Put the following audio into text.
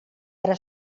ara